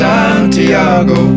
Santiago